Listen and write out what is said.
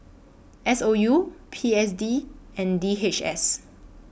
S O U P S D and D H S